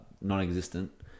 non-existent